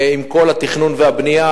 עם כל התכנון והבנייה.